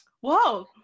whoa